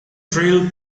trail